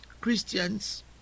Christians